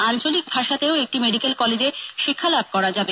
আঞ্চলিক ভাষাতেও একটি মেডিকেল কলেজে শিক্ষালাভ করা যাবে